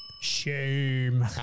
Shame